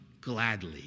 gladly